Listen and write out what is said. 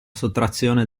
sottrazione